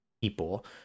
people